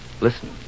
Listen